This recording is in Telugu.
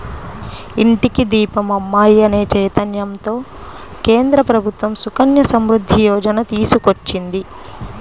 ఇంటికి దీపం అమ్మాయి అనే చైతన్యంతో కేంద్ర ప్రభుత్వం సుకన్య సమృద్ధి యోజన తీసుకొచ్చింది